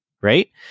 right